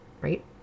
right